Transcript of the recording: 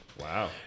Wow